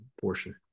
portion